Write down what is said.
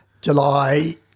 July